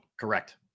Correct